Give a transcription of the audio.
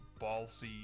ballsy